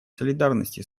солидарности